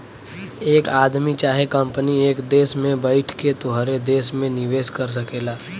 एक आदमी चाहे कंपनी एक देस में बैइठ के तोहरे देस मे निवेस कर सकेला